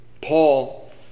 Paul